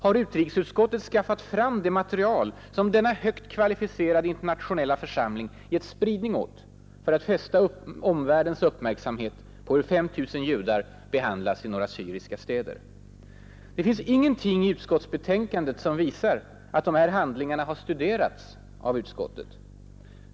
Har utrikesutskottet skaffat fram det material som denna högt kvalificerade internationella församling gett spridning åt för att fästa omvärldens uppmärksamhet på hur 5 000 judar behandlas i några syriska städer? Det finns ingenting i utskottsbetänkandet som visar att de här handlingarna har studerats av utskottet.